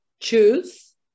Choose